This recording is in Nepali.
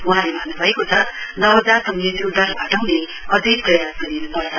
वहाँले भन्न् भएको छ नवजात मृत्युदर घटाउने अझै प्रयास गरिन्पर्छ